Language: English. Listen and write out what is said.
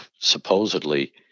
supposedly